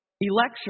election